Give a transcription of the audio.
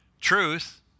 Truth